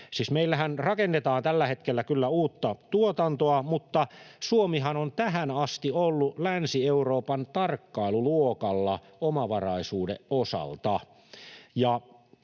meillähän rakennetaan tällä hetkellä kyllä uutta tuotantoa, mutta Suomihan on tähän asti ollut Länsi-Euroopan tarkkailuluokalla omavaraisuuden osalta.